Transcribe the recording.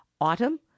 Autumn